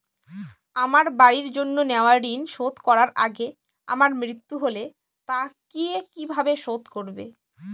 আমার বাড়ির জন্য নেওয়া ঋণ শোধ করার আগে আমার মৃত্যু হলে তা কে কিভাবে শোধ করবে?